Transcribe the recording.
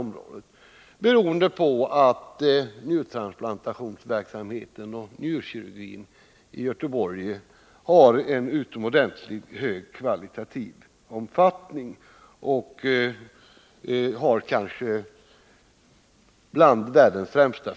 Göteborg, beroende på att njurtransplantationsverksamheten och njurkirurgin i Göteborg har en utomordentligt hög kvalitet. Dess företrädare hör kanske till världens främsta.